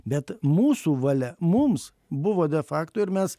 bet mūsų valia mums buvo de fakto ir mes